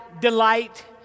delight